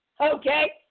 okay